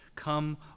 Come